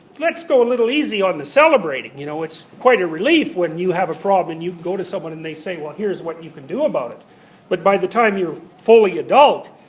let's go a little easy on the celebrating. you know, it's quite a relief when you have a problem and you go to someone and they say, well here's what you can do about but by the time you're fully adult,